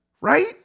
right